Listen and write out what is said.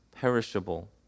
perishable